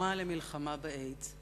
לתרומה למלחמה באיידס.